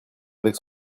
avec